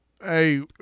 Hey